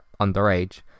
underage